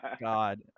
god